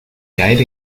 caer